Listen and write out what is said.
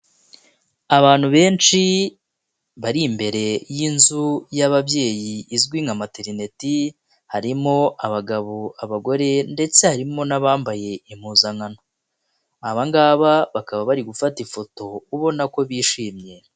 Abantu benshi bari imbere y'inzu y'ababyeyi izwi nka materineti harimo abagabo, abagore ndetse harimo n'abambaye impuzankano abangaba bakaba bari gufata ifoto ubona ko bishimye.